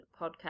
podcast